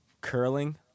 curling